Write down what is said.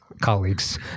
colleagues